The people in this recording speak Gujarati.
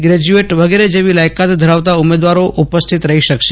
ગ્રેજ્યુએટ વગેરે જેવી લાયકાત ધરાવતા ઉમેદવારી ઉપસ્થિત રહી શકશે